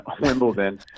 Wimbledon